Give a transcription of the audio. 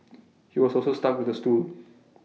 he was also stuck with A stool